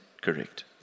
correct